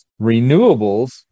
Renewables